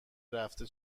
رفته